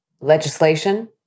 legislation